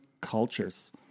cultures